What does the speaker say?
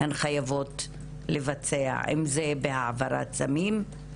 הן חייבות לבצע - אם זה בהעברת סמים,